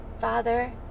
Father